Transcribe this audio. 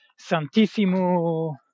santissimo